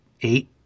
eight